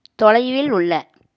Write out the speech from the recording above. தொலைவில் உள்ள